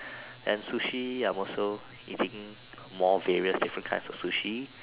and sushi I'm also eating more various different kinds of sushi